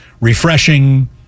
refreshing